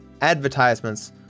advertisements